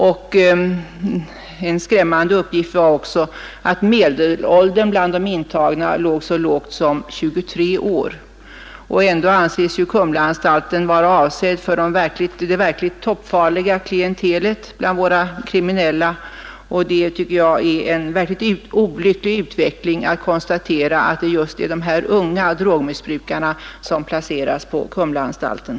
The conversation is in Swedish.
En annan skrämmande uppgift var att medelåldern bland de intagna var så låg som 23 år. Kumlaanstalten anses ändå vara avsedd för det allra farligaste klientelet bland våra kriminella. Det är ett verkligt olyckligt förhållande att det är de mycket unga drogmissbrukarna som placeras på Kumlaanstalten.